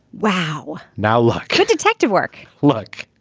wow now look kid detective work. look